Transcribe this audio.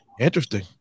Interesting